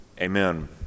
amen